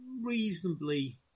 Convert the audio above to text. reasonably